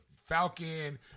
Falcon